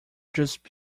just